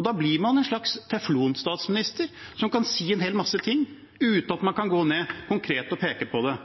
Da blir man en slags teflon-statsminister, som kan si en hel masse ting uten at man går ned konkret og peker på det.